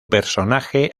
personaje